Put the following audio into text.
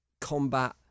combat